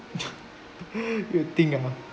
weird thing ah